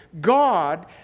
God